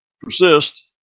persist